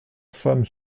femmes